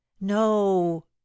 No